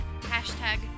hashtag